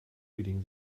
reading